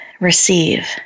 Receive